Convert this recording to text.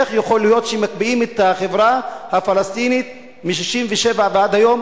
איך יכול להיות שמקפיאים את החברה הפלסטינית מ-67' ועד היום